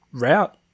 route